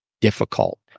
difficult